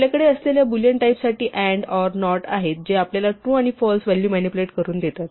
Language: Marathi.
आपल्याकडे असलेल्या बूलियन टाईप साठी अँड ऑर नॉट आहेत जे आपल्याला true and false value manipulate करून देतात